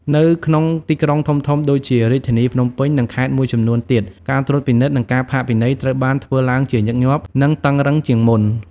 នៅក្នុងទីក្រុងធំៗដូចជារាជធានីភ្នំពេញ និងខេត្តមួយចំនួនទៀត ការត្រួតពិនិត្យ និងការផាកពិន័យត្រូវបានធ្វើឡើងជាញឹកញាប់ និងតឹងរ៉ឹងជាងមុន។